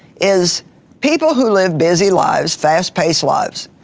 is people who live busy lives, fast-paced lives,